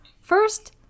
first